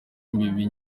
imbibi